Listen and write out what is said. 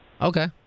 Okay